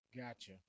Gotcha